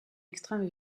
extrême